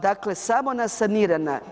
Dakle, samo na sanirana.